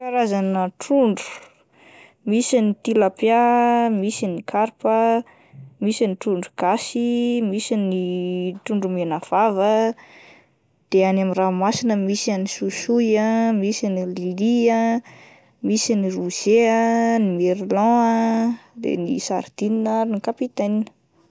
Karazana trondro misy ny tilapia, misy ny karpa, misy ny trondro gasy, misy ny trondro mena vava ah, de any amin'ny ranomasina misy an'ny soisoy ah, misy ny lily ah, misy ny rouget ah, ny merlan, de ny sardine ary ny capitaine.